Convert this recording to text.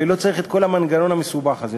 ולא צריך את כל המנגנון המסובך הזה.